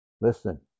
Listen